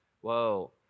Whoa